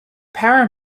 power